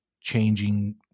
changing